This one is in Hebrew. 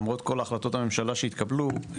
למרות כל החלטות הממשלה שהתקבלו,